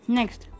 Next